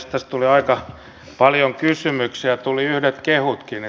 tässä tuli aika paljon kysymyksiä tuli yhdet kehutkin